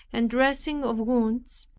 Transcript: and dressing of wounds,